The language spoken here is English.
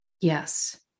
Yes